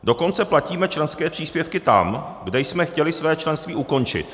Dokonce platíme členské příspěvky tam, kde jsme chtěli své členství ukončit.